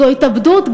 זו התאבדות,